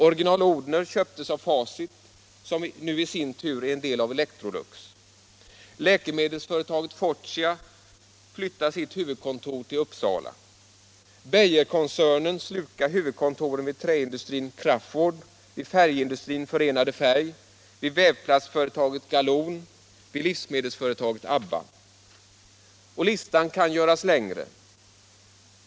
Original-Odhner köptes av Fa = strukturförändringcit, som nu i sin tur är en del av Electrolux. Läkemedelsföretaget Fortia ar i näringslivet flyttade sitt huvudkontor till Uppsala. Beijerkoncernen i Stockholm slukade huvudkontoren vid träindustrin Craaford, vid färgindustrin Förenade Färg, vid vävplastföretaget Galon, vid livsmedelsföretaget ABBA. Listan kan göras längre.